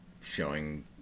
showing